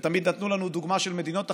ותמיד נתנו לנו דוגמה של מדינות אחרות.